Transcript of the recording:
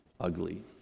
ugly